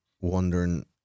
wondering